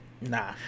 Nah